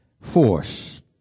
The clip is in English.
force